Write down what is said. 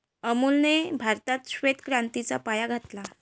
अमूलने भारतात श्वेत क्रांतीचा पाया घातला